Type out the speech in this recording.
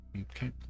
Okay